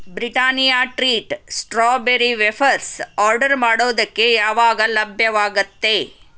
Britannia treat strawberry wafers order ಮಾಡೋದಕ್ಕೆ ಯಾವಾಗ ಲಭ್ಯವಾಗತ್ತೆ